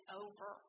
over